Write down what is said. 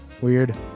Weird